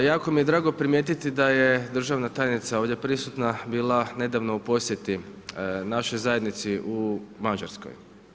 Jako mi je drago primijetiti da je državna tajnica ovdje prisutna bila nedavno u posjeti našoj zajednici u Mađarskoj.